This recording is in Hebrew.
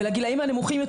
ולגילים הנמוכים יותר,